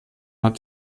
hat